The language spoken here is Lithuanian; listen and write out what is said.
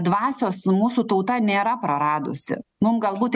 dvasios mūsų tauta nėra praradusi mum galbūt